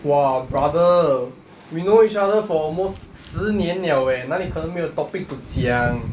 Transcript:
!wah! brother we know each other for almost 十年 liao eh 哪里可能没有 topic to 讲